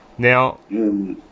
Now